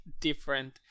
different